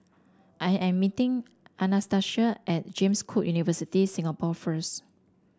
I am meeting Anastacia at James Cook University Singapore first